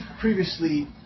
previously